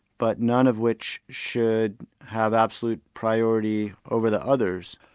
but none of which should have absolute priority over the others.